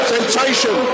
Temptation